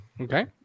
Okay